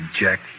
Jack